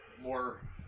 more